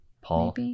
Paul